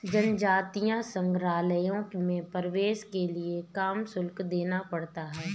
जनजातीय संग्रहालयों में प्रवेश के लिए काम शुल्क देना पड़ता है